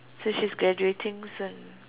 so she's graduating soon